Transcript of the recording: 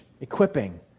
equipping